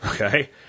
Okay